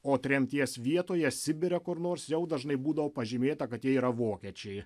o tremties vietoje sibire kur nors jau dažnai būdavo pažymėta kad jie yra vokiečiai